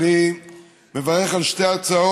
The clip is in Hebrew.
אני מברך על שתי ההצעות,